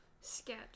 Sketch